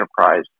enterprise